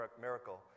miracle